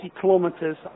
kilometres